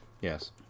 Yes